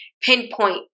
pinpoint